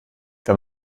wenn